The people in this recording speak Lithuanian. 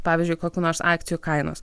pavyzdžiui kokių nors akcijų kainos